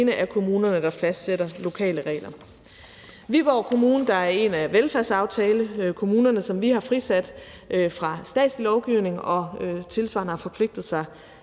det alene er kommunerne, der fastsætter lokale regler. Viborg Kommune, der er en af velfærdsaftalekommunerne, som vi har frisat fra statslig lovgivning, og som tilsvarende har forpligtet sig